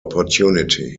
opportunity